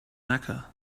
mecca